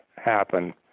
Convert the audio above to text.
Happen